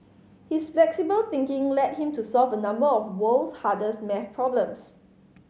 his flexible thinking led him to solve a number of world's hardest maths problems